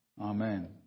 Amen